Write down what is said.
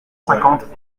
cinquante